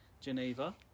Geneva